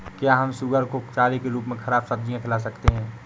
क्या हम सुअर को चारे के रूप में ख़राब सब्जियां खिला सकते हैं?